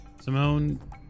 Simone